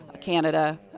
Canada